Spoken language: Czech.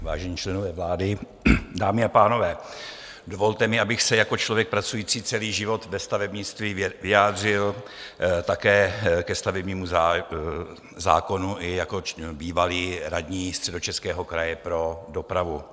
Vážení členové vlády, dámy a pánové, dovolte mi, abych se jako člověk pracující celý život ve stavebnictví vyjádřil také ke stavebnímu zákonu, i jako bývalý radní Středočeského kraje pro dopravu.